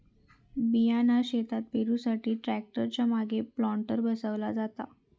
बियाणा शेतात पेरुसाठी ट्रॅक्टर च्या मागे प्लांटर बसवला जाता